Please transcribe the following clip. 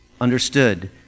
understood